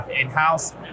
in-house